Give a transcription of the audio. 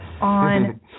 on